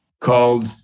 called